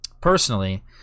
personally